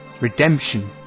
redemption